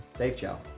dave chow!